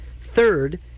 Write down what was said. Third